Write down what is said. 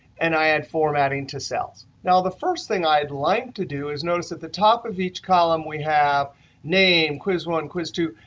and i add formatting to cells. now, the first thing i'd like to do is notice at the top of each column, we have name, quiz one, quiz two.